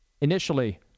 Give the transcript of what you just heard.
Initially